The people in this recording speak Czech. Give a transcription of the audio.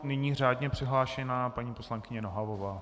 Nyní řádně přihlášená paní poslankyně Nohavová.